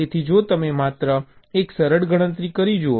તેથી જો તમે માત્ર એક સરળ ગણતરી જુઓ